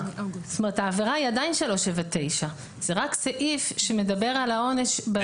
העבירה היא עדיין 379. זה רק סעיף שמדבר על העונש.